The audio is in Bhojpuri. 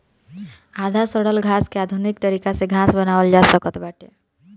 आधा सड़ल घास के आधुनिक तरीका से खाद बनावल जा सकत बाटे